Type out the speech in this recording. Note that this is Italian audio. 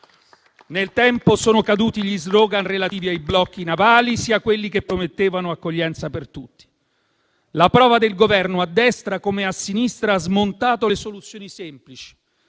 Nel tempo sono caduti sia gli *slogan* relativi ai blocchi navali, sia quelli che promettevano accoglienza per tutti. La prova del Governo, a destra come a sinistra, ha smontato le soluzioni semplici,